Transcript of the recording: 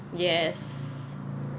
yes